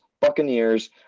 buccaneers